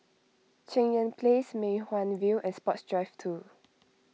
Cheng Yan Place Mei Hwan View and Sports Drive two